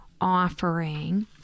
offering